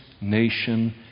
nation